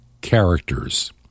characters